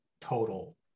total